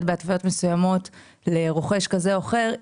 בהתוויות מסוימות לרוכש כזה או אחר,